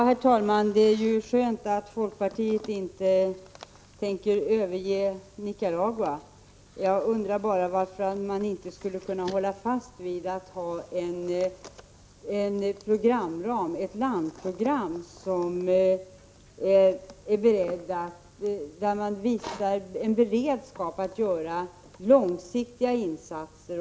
Herr talman! Det är ju skönt att folkpartiet inte tänker överge Nicaragua. Jag undrar bara varför man inte kan hålla fast vid ett landprogram och därmed visa en beredskap för att göra långsiktiga insatser.